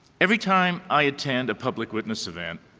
every time i attend a public witness event,